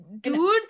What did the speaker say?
dude